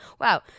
Wow